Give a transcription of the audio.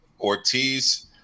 Ortiz